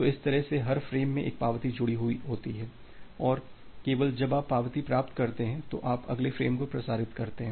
तो इस तरह से हर फ्रेम में एक पावती जुड़ी होती है और केवल जब आप पावती प्राप्त करते हैं तो आप अगले फ्रेम को प्रसारित करते हैं